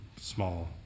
small